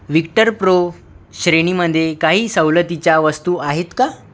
Victor Pro श्रेणीमध्ये काही सवलतीच्या वस्तू आहेत का